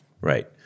Right